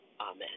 Amen